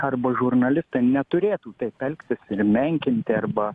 arba žurnalistai neturėtų taip elgtis ir menkinti arba